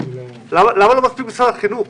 למה לא מספיק משרד החינוך?